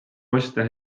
ostja